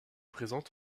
présente